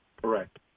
Correct